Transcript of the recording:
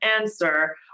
answer